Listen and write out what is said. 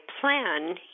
plan